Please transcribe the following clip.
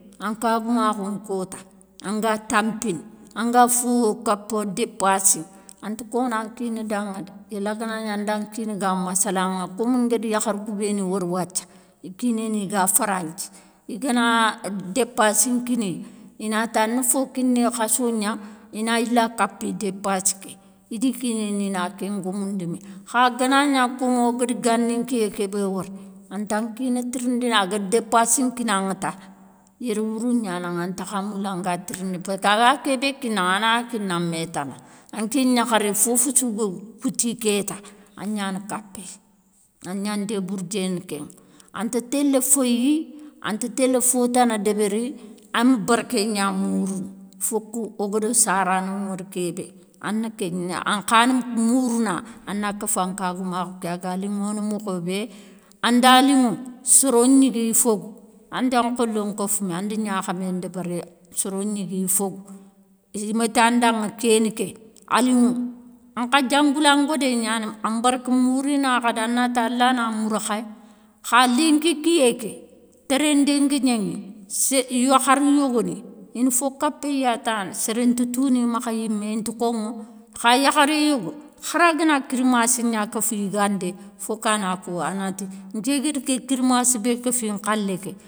Ankagoumakhou nkota anga tampini, anga fo kape dépassi, anta kona nkina danŋa dé yéla ganagni anda nkina ga massalanŋa kom nguéri yakharou kou béni wori wathia, ikinani ga franthi, igana dépassi nkiniye, inati an fo kiniye khasso gna, ina yila kapi dépassi ké idi kininina kén ngomoundimé, kha ganagna kom ogada gani nkiyé kébé wori, an ta kina tirindina, agara dépassi nkinaŋa ta, yéréwourou gnananŋa, antakha moula nga tirindini, passkaaga kébé kinaŋa ana kina métana, anké gnakharé fofossou ga kouti ké ka agnana kapéy, agna ndébourdéne kénŋe, anta télé féyi, anta télé fotana débéri, an bérké gné mourounou fok ogara sarano nŋwori kébé ana kégna ankhani mourouna, ana kéfa nkagoumakhou ké aga linŋono mokho bé, anda linŋo soro gnigé i fogou, anda nkholo kofoumé, andi gnakhamé ndébéri soro gnigué i fogou, imatandanŋa kéni ké, alinŋo; ankha diangoulangodé gnani, an barke mourina khadi, anati allah na mour khay. Kha lénki, kiyé ké, téréndé ngui gnéŋi, sé yokharou yogoni, ina fo kapéy ya tani sérén nti tou ni makha yimé, into konŋo, kha yakharou yogo khara gana kirmassi gna kéfi yigandé, foka na kowa, anati nké guér ké kirmassi bé kéfi nkhalé ké.